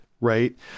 right